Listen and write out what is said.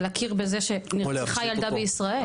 אבל להכיר בזה שנרצחה ילדה בישראל.